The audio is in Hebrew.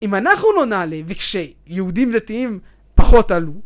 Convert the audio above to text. אם אנחנו לא נעלה וכשיהודים דתיים פחות עלו